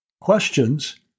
Questions